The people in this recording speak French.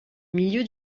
milieu